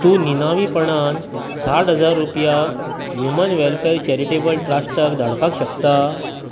तूं निनावीपणान साठ हजार रुपया ह्युमन वेल्फेर चैरिटबल ट्रस्टाक धाडपाक शकता